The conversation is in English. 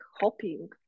hoping